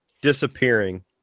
disappearing